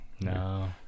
No